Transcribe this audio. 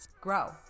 grow